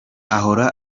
ahora